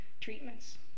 treatments